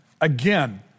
again